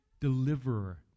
deliverer